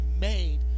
made